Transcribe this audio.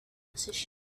position